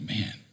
man